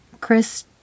Chris